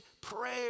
prayer